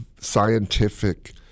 scientific